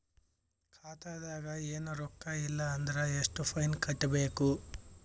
ಖಾತಾದಾಗ ಏನು ರೊಕ್ಕ ಇಲ್ಲ ಅಂದರ ಎಷ್ಟ ಫೈನ್ ಕಟ್ಟಬೇಕು?